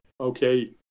okay